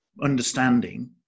understanding